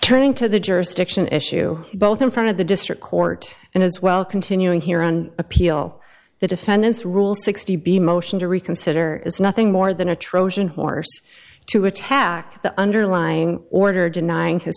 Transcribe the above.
turning to the jurisdiction issue both in front of the district court and as well continuing here on appeal the defendant's rule sixty b motion to reconsider is nothing more than a trojan horse to attack the underlying order denying his